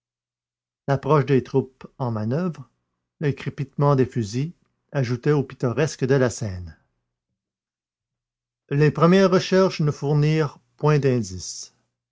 l'approche des troupes en manoeuvre le crépitement des fusils ajoutaient au pittoresque de la scène les premières recherches ne fournirent point d'indice